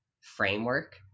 framework